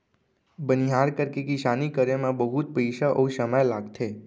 बनिहार करके किसानी करे म बहुत पइसा अउ समय लागथे